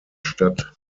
stadt